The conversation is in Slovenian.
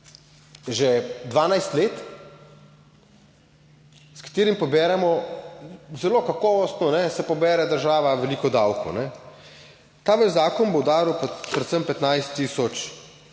že 12 let, s katerim poberemo, zelo kakovostno, pobere država veliko davkov. Ta vaš zakon bo udaril predvsem 15 tisoč